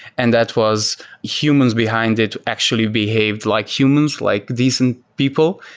and that was humans behind it actually behaved like humans, like these and people,